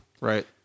Right